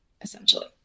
essentially